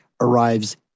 arrives